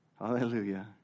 Hallelujah